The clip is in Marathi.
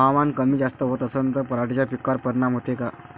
हवामान कमी जास्त होत असन त पराटीच्या पिकावर परिनाम होते का?